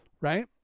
right